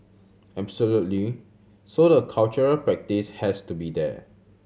absolutely so the cultural practice has to be there